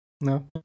No